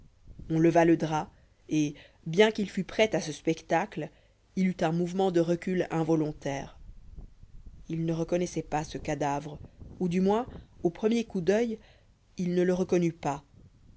on leva le drap et bien qu'il fût prêt à ce spectacle il eut un mouvement de recul involontaire il ne reconnaissait pas ce cadavre ou du moins au premier coup d'oeil il ne le reconnut pas